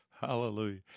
Hallelujah